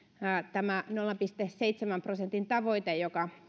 tämä nolla pilkku seitsemän prosentin tavoite joka